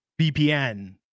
VPN